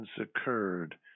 occurred